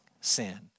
sin